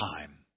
time